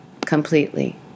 completely